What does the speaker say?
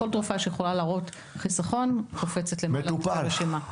כל תרופה שיכולה להראות חיסכון קופצת למעלה הרשימה.